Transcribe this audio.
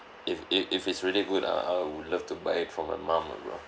if if if it's really good I I would love to buy it for my mum ah bro